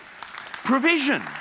Provision